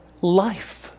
life